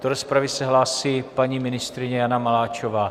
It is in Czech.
Do rozpravy se hlásí paní ministryně Jana Maláčová.